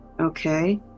Okay